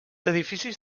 edificis